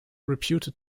reputed